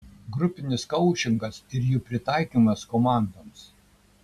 grupinis koučingas ir jų pritaikymas komandoms